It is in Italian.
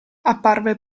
apparve